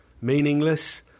meaningless